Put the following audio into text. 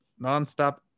nonstop